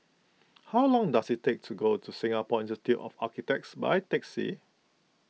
how long does it take to get to Singapore Institute of Architects by taxi